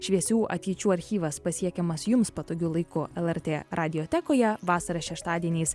šviesių ateičių archyvas pasiekiamas jums patogiu laiku lrt raditekoje vasarą šeštadieniais